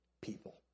people